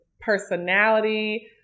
personality